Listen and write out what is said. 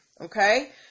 Okay